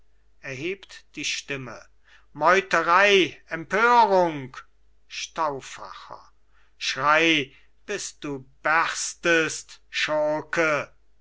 erhebt die stimme meuterei empörung stauffacher schrei bis du berstest schurke